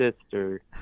sister